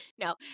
No